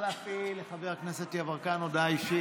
לחבר הכנסת יברקן הודעה אישית.